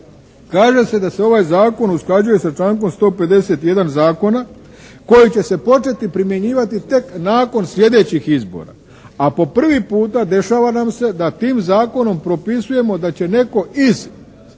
kaže se da se ovaj Zakon usklađuje sa člankom 151. Zakona koji će se početi primjenjivati tek nakon sljedećih izbora, a po prvi puta dešava nam se da tim Zakonom propisujemo da će netko iz